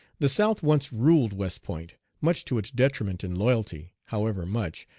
the south once ruled west point, much to its detriment in loyalty, however much,